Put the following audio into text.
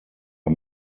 are